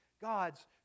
God's